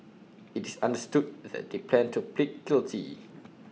IT is understood that they plan to plead guilty